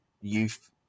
youth